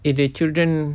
if the children